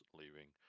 leaving